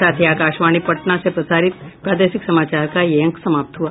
इसके साथ ही आकाशवाणी पटना से प्रसारित प्रादेशिक समाचार का ये अंक समाप्त हुआ